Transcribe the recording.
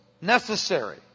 necessary